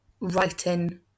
writing